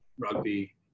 rugby